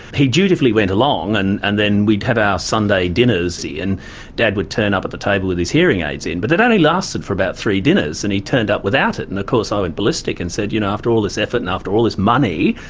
he dutifully went along, and and then we'd had our sunday dinners and dad would turn up at the table with his hearing aids in but that only lasted for about three dinners and he turned up without it. and of course i went ballistic and said, you know, after all this effort and after all this money,